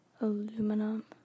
aluminum